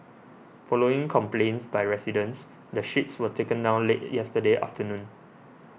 following complaints by residents the sheets were taken down late yesterday afternoon